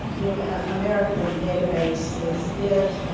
the and american database is it,